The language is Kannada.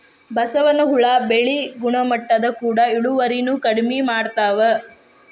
ಬಸವನ ಹುಳಾ ಬೆಳಿ ಗುಣಮಟ್ಟದ ಕೂಡ ಇಳುವರಿನು ಕಡಮಿ ಮಾಡತಾವ